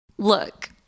Look